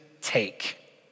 take